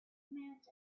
minutes